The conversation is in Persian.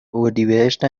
اردیبهشت